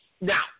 Now